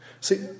See